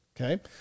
Okay